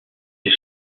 ses